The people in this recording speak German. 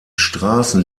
straßen